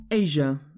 Asia